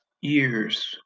years